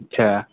اچھا